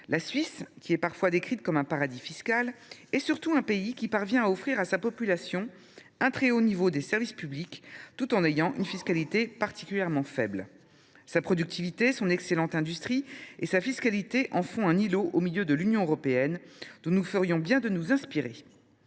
La Suisse, qui est parfois décrite comme un paradis fiscal, est surtout un pays qui parvient à offrir à sa population un très haut niveau de services publics tout en ayant une fiscalité particulièrement faible. Sa productivité, son excellente industrie et sa fiscalité en font un îlot au milieu de l’Union européenne dont nous ferions bien de nous inspirer.